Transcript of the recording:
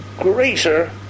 greater